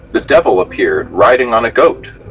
the devil appeared riding on a goat.